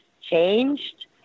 changed